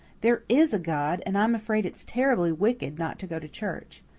there is a god, and i'm afraid it's terribly wicked not to go to church.